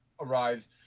arrives